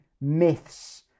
myths